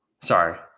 Sorry